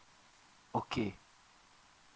okay